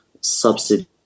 subsidy